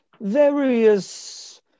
various